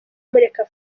mureka